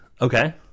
okay